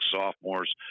sophomores